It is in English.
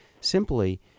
simply